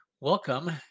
Welcome